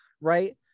Right